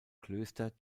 klöster